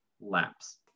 lapse